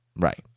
Right